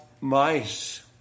mice